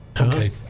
okay